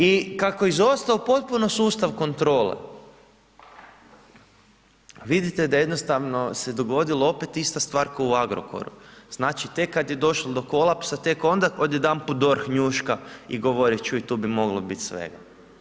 I kako je izostao potpuno sustav kontrole vidite da jednostavno se dogodila opet ista stvar kao u Agrokoru, znači tek kada je došlo do kolapsa, tek onda odjedanput DORH njuška i govori čuj tu bi moglo biti svega.